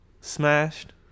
smashed